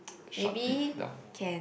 maybe can